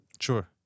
Sure